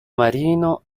marino